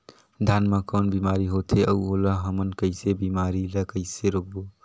धान मा कौन बीमारी होथे अउ ओला हमन कइसे बीमारी ला कइसे रोकबो?